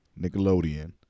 Nickelodeon